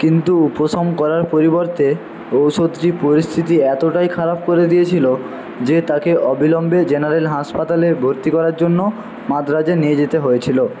কিন্তু উপশম করার পরিবর্তে ঔষধটি পরিস্থিতি এতোটাই খারাপ করে দিয়েছিলো যে তাকে অবিলম্বে জেনারেল হাসপাতালে ভর্তি করার জন্য মাদ্রাজে নিয়ে যেতে হয়েছিলো